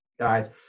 guys